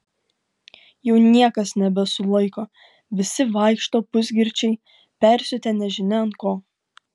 jau niekas nebesulaiko visi vaikšto pusgirčiai persiutę nežinia ant ko